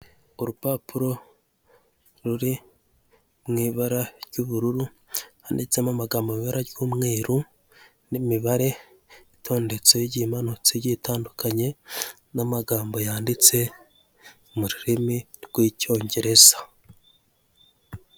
Icyapa gisa mu ibara ry'ubururu, hariho abantu bane bashushanyijeho, bambaye ingofero yanditse harimo amagambo yanditse mu rurimi rw'icyongereza.